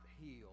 heal